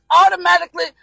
automatically